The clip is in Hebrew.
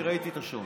אני ראיתי את השעון.